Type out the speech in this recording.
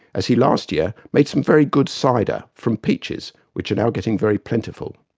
as he last year made some very good cyder, from peaches, which are now getting very plentiful'.